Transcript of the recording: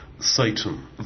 Satan